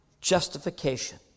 justification